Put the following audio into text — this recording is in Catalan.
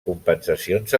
compensacions